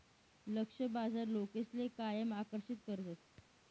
लक्ष्य बाजार लोकसले कायम आकर्षित करस